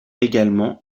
également